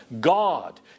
God